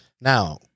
Now